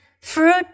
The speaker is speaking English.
fruit